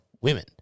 women